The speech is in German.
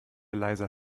leiser